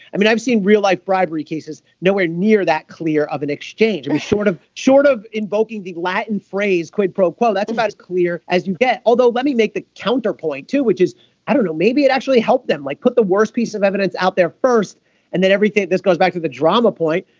i mean i've seen real life bribery cases. nowhere near that clear of an exchange. and short of short of invoking the latin phrase quid pro quo. that's about as clear as you get. although let me make the counterpoint to which is i don't know maybe it actually helped them like put the worst piece of evidence out there first and then everything. this goes back to the drama point.